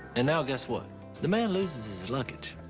and now, guess what the man loses his luggage.